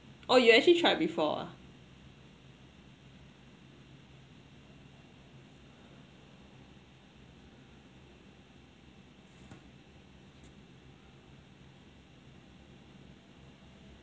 oh you actually tried before ah